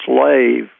slave